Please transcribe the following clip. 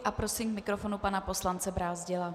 A prosím k mikrofonu pana poslance Brázdila.